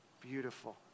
Beautiful